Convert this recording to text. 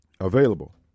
Available